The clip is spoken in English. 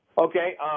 Okay